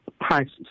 prices